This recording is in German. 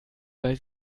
weil